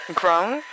grown